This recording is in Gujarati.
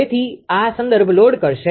તેથી આ સંદર્ભ લોડ કરશે